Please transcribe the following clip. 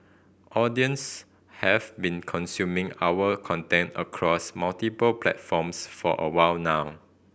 audience have been consuming our content across multiple platforms for a while now